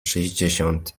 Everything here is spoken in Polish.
sześćdziesiąt